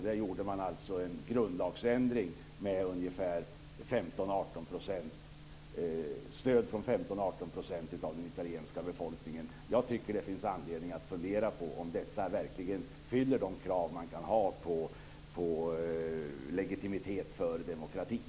Där gjorde man alltså en grundlagsändring med stöd av 15 18 % av den italienska befolkningen. Jag tycker att det finns anledning att fundera på om detta verkligen uppfyller de krav som man kan ha på legitimitet för demokratin.